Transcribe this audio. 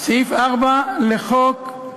איך יכול להיות?